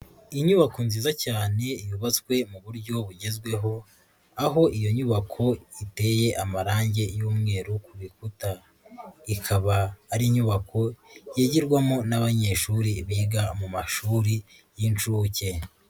Inyubako nziza cyane yubatswe mu buryo bugezweho aho iyo nyubako iteye amarange y'umweru ku bikuta, ikaba ari inyubako yigirwamo n'abanyeshuri biga mu mashuri y'inshuke.